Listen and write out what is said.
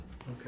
Okay